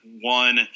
one